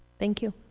thank you.